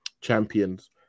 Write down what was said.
champions